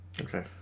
Okay